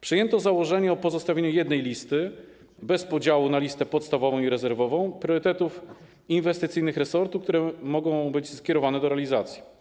Przyjęto założenie o pozostawieniu jednej listy, bez podziału na listę podstawową i rezerwową, priorytetów inwestycyjnych resortu, które mogą być skierowane do realizacji.